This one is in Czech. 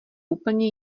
úplně